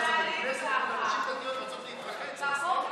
בסדר,